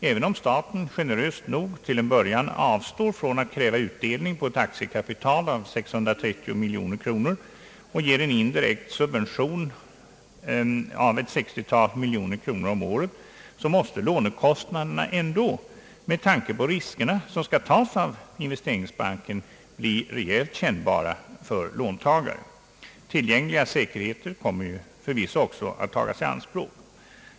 Även om staten generöst nog till en början avstår från att kräva utdelning på ett aktiekapital av 630 miljoner kronor och ger en indirekt subvention av ett 60-tal miljoner kronor om året, måste lånekostnaderna ändå med tanke på de risker som skall tas av investeringsbanken bli rejält kännbara för låntagaren. Tillgängliga säkerheter kommer förvisso också att tagas i anspråk.